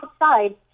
outside